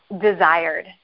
desired